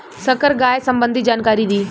संकर गाय सबंधी जानकारी दी?